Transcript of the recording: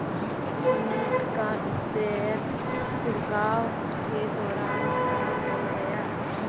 सुमित का स्प्रेयर छिड़काव के दौरान खराब हो गया